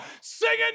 singing